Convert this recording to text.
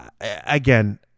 again